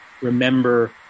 remember